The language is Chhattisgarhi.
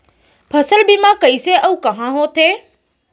फसल बीमा कइसे अऊ कहाँ होथे?